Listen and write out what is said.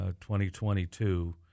2022